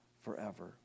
forever